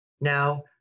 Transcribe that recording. Now